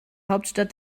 hauptstadt